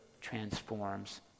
transforms